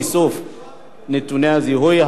איסוף נתוני זיהוי),